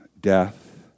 death